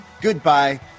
Goodbye